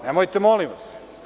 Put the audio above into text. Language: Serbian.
Nemojte, molim vas.